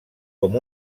com